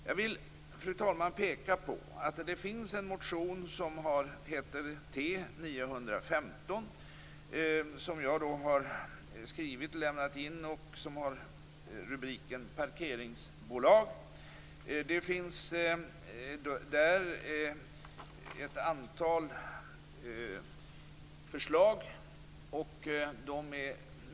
Jag vill, fru talman, peka på att det finns en motion som heter T915, som jag har skrivit. Den har rubriken Parkeringsbolag och innehåller ett antal förslag.